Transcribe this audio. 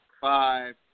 five